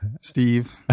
Steve